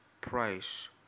price